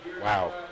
Wow